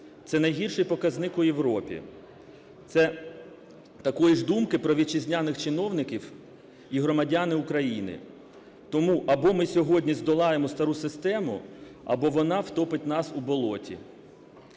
Це найгірший показник у Європі. Це такої ж думки про вітчизняних чиновників і громадяни України. Тому або ми сьогодні здолаємо стару систему, або вона втопить нас у "болоті".